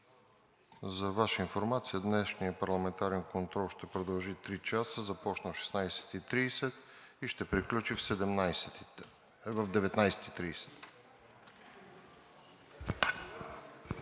за Ваша информация днешният парламентарен контрол ще продължи три часа – започна в 16,30 ч. и ще приключи в 19,30